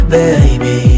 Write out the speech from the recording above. baby